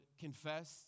confess